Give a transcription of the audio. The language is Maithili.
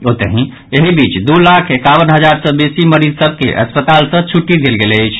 ओतहि एहि बीच दू लाख एकावन हजार सँ बेसी मरीज सभ के अस्पताल सँ छुट्टी देल गेल अछि